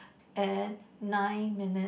and nine minutes